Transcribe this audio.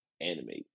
animate